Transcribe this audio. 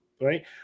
right